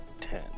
ten